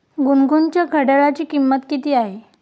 गुनगुनच्या घड्याळाची किंमत किती आहे?